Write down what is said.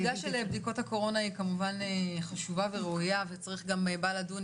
הנקודה של בדיקות הקורונה היא כמובן חשובה וראויה וצריך בה לדון.